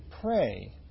pray